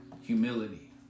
Humility